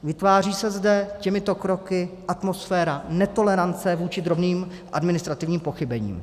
Vytváří se zde těmito kroky atmosféra netolerance vůči drobným administrativním pochybením.